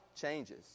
changes